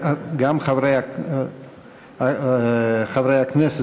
וחברי הכנסת